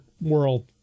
world